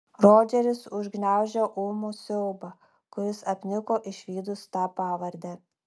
rodžeris užgniaužė ūmų siaubą kuris apniko išvydus tą pavardę